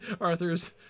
Arthur's